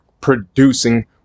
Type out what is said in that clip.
producing